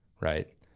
right